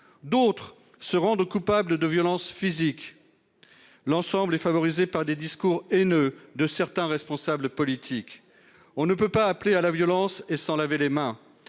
D'autres se rendent coupables de violences physiques. L'ensemble est favorisé par des discours haineux de certains responsables politiques on ne peut pas appeler à la violence et s'en laver les mains.